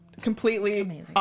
completely